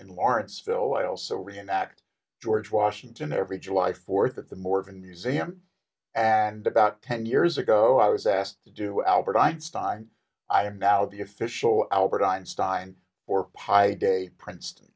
and lawrenceville i also reenact george washington every july fourth at the morgan museum and about ten years ago i was asked to do albert einstein i am now the official albert einstein or piii de princeton